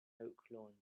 oaklawn